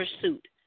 pursuit